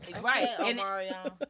Right